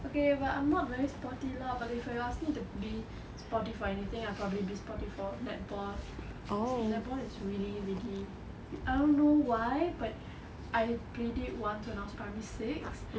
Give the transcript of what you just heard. okay but I'm not very sporty lah but if you ask me to be sporty for anything I'll probably be sporty for netball netball is really really I don't know why but I played it once when I was primary six